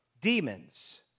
demons